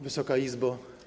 Wysoka Izbo!